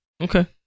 Okay